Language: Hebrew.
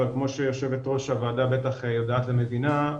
אבל כמו שיו"ר הוועדה בטח יודעת ומבינה,